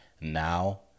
now